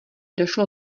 došlo